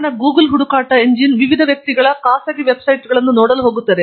ಕಾರಣ ಗೂಗಲ್ ಹುಡುಕಾಟ ಎಂಜಿನ್ ವಿವಿಧ ವ್ಯಕ್ತಿಗಳ ಖಾಸಗಿ ವೆಬ್ಸೈಟ್ಗಳು ನೋಡಲು ಹೋಗುತ್ತದೆ